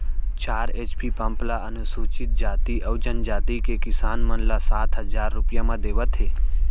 चार HP pump ल अनुसूचित जाति अउ जनजाति के किसान मन ल सात हजार रूपिया म देवत हे